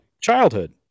childhood